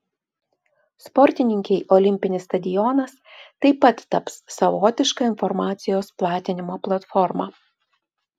sportininkei olimpinis stadionas taip pat taps savotiška informacijos platinimo platforma